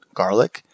garlic